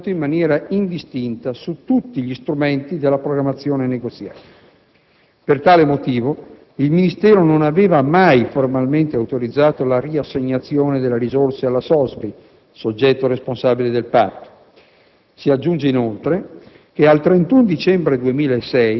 giacché il taglio di cui si è precedentemente detto è intervenuto in maniera indistinta su tutti gli strumenti della Programmazione negoziata. Per tale motivo, il Ministero non aveva mai formalmente autorizzato la riassegnazione delle risorse alla SOSVI, soggetto responsabile del Patto.